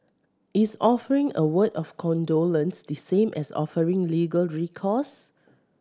is offering a word of condolence the same as offering legal recourse